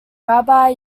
rabbi